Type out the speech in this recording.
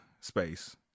space